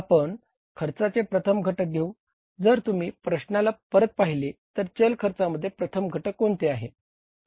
आपण खर्चाचे प्रथम घटक घेऊ जर तुम्ही प्रश्नाला परत पाहिले तर चल खर्चाचे प्रथम घटक कोणते आहे